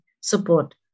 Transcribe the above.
support